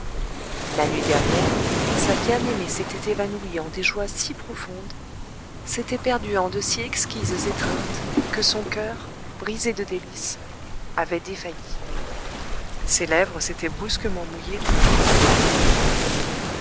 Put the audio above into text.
la nuit dernière sa bien-aimée s'était évanouie en des joies si profondes s'était perdue en de si exquises étreintes que son cœur brisé de délices avait défailli ses lèvres s'étaient brusquement mouillées d'une pourpre mortelle